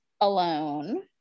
alone